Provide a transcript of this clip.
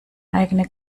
eigene